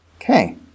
Okay